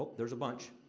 there's a bunch.